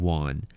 one